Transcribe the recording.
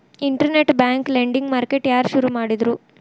Internet bank lending market ಯಾರ್ ಶುರು ಮಾಡಿದ್ರು?